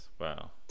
Wow